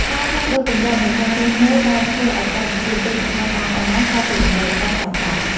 ការផ្លាស់ប្តូរទម្លាប់នៃការរស់នៅបានធ្វើឱ្យការបញ្ជាទិញអាហារតាមអនឡាញក្លាយជាតម្រូវការចាំបាច់។